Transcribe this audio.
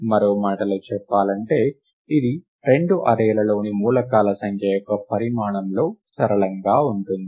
మరో మాటలో చెప్పాలంటే ఇది రెండు అర్రే లలోని మూలకాల సంఖ్య యొక్క పరిమాణంలో సరళంగా ఉంటుంది